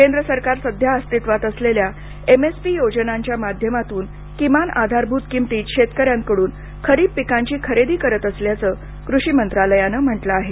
केंद्र सरकार सध्या अस्तित्त्वात असलेल्या एम एस पी योजनांच्या माध्यमातून किमान आधारभूत किंमतीत शेतक यांकडून खरीप पिकांची खरेदी करत असल्याचं कृषी मंत्रालयानं म्हटलं आहे